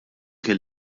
kien